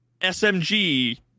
SMG